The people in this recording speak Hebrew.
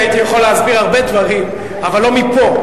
הייתי יכול להסביר הרבה דברים אבל לא מפה.